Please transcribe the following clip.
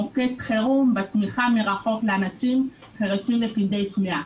מוקד חירום בתמיכה מרחוק באנשים חירשים וכבדי שמיעה.